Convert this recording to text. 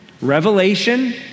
Revelation